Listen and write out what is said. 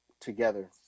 together